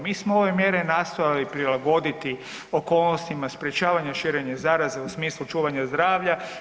Mi smo ove mjere nastojali prilagoditi okolnostima sprječavanja širenja zaraze u smislu čuvanja zdravlja.